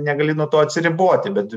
negali nuo to atsiriboti bet